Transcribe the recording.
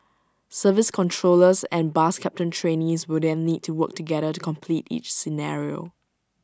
service controllers and bus captain trainees will then need to work together to complete each scenario